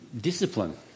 discipline